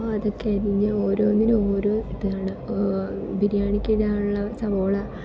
അപ്പോൾ അതൊക്കെ അരിഞ്ഞ് ഓരോന്നിനും ഓരോ ഇതാണ് ബിരിയാണിക്ക് ഇടാനുള്ള സവാള